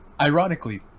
ironically